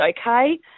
okay